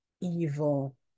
evil